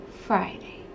friday